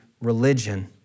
religion